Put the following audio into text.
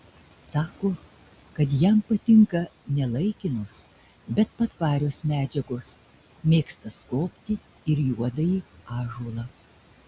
sako kad jam patinka ne laikinos bet patvarios medžiagos mėgsta skobti ir juodąjį ąžuolą